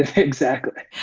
ah exactly.